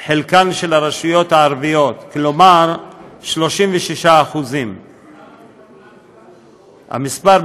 חלקן של הרשויות הערביות, כלומר 36%. מה המספר?